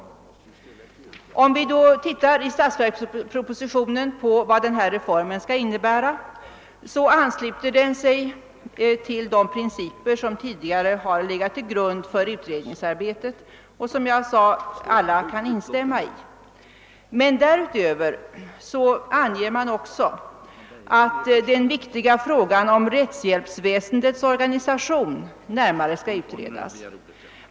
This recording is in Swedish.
Om vi tittar i statsverkspropositionen på vad reformen skall innebära finner vi att den ansluter sig till de principer som tidigare har legat till grund för utredningsarbetet och som alla kan instämma i. Därutöver anser man också att den viktiga frågan om rättshjälpsväsendets organisation närmare skall utredas.